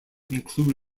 include